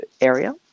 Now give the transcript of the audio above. area